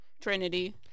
Trinity